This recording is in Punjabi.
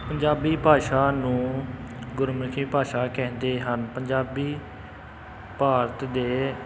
ਪੰਜਾਬੀ ਭਾਸ਼ਾ ਨੂੰ ਗੁਰਮੁਖੀ ਭਾਸ਼ਾ ਕਹਿੰਦੇ ਹਨ ਪੰਜਾਬੀ ਭਾਰਤ ਦੇ